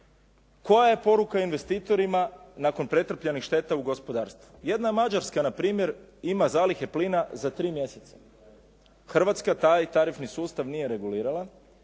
Koja je poruka investitorima nakon pretrpljenih šteta u gospodarstvu? Jedna Mađarska, na primjer ima zalihe plina za 3 mjeseca. Hrvatska taj tarifni sustav nije regulirala